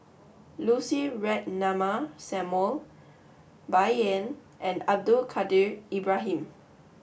Lucy Ratnammah Samuel Bai Yan and Abdul Kadir Ibrahim